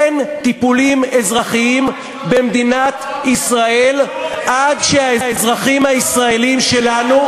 אין טיפולים אזרחיים במדינת ישראל עד שהאזרחים הישראלים שלנו